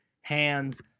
hands